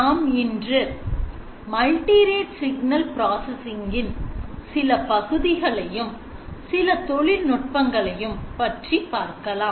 நாம் இன்று multi rate signal processing இன் சில பகுதிகளையும் சில தொழில் நுட்பங்களையும் பற்றி பார்க்கலாம்